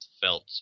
felt